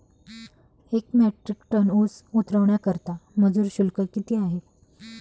एक metric tonne ऊस उतरवण्याकरता मजूर शुल्क किती आहे?